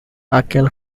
aquel